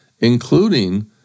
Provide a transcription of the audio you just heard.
including